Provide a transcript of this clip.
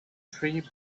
tree